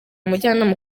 umujyanama